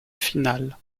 finale